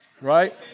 right